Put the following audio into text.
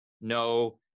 No